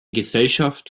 gesellschaft